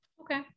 Okay